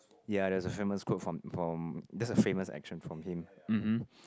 ya there was a famous quote from from that's a famous action from him um hm